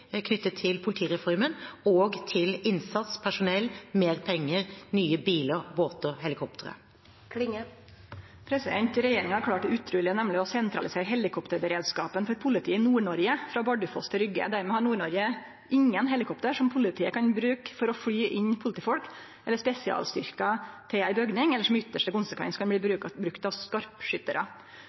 knyttet til politireformen og til innsats, personell, mer penger og nye biler, båter og helikoptre. Regjeringa har klart det utrulege – nemleg å sentralisere helikopterberedskapen til politiet i Nord-Noreg frå Bardufoss til Rygge. Dermed har Nord-Noreg ingen helikopter som politiet kan bruke til å fly inn politifolk eller spesialstyrkar til ei bygning, eller som i ytste konsekvens kan bli brukt av